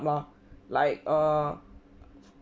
lah like uh